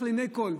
לעיני כול.